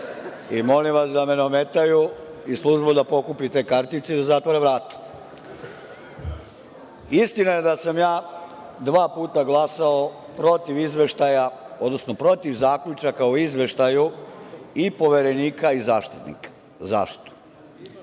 Molim vas da me ne ometaju, a službu da pokupi te kartice i da zatvore vrata. Istina je da sam ja dva puta glasao protiv izveštaja, odnosno protiv zaključaka o izveštaju i Poverenika i Zaštitnika. Zašto?